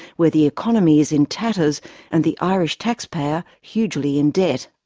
where the economy is in tatters and the irish taxpayer hugely in debt.